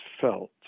felt